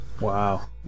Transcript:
Wow